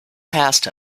passed